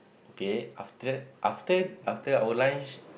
okay after after after our lunch